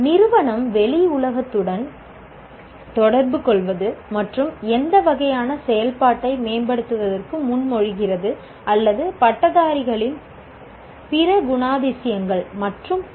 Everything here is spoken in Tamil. நிறுவனம் வெளியில் உலகத்துடன் தொடர்புகொள்வது மற்றும் எந்த வகையான செயல்பாட்டை மேம்படுத்துவதற்கு முன்மொழிகிறது அல்லது பட்டதாரிகளின் பிற குணாதிசயங்கள் மற்றும் பல